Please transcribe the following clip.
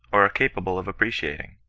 or are capable of appreciat ing.